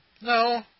No